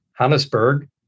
Hannesberg